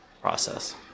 process